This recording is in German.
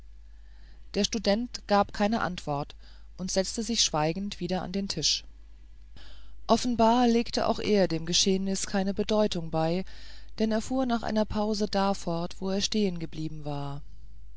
der student gab keine antwort und setzte sich schweigend wieder an den tisch offenbar legte auch er dem geschehnis keine bedeutung bei denn er fuhr nach einer pause da fort wo er stehen geblieben war